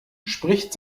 spricht